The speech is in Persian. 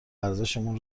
ارزشمون